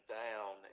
down